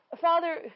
Father